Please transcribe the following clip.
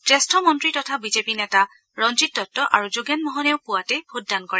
জ্যেষ্ঠ মন্ত্ৰী তথা বিজেপি নেতা ৰঞ্জিত দত্ত আৰু যোগেন মহনেও পুৱাতেই ভোটদান কৰে